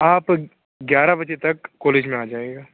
آپ گیارہ بجے تک کالج میں آ جائیے گا